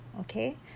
Okay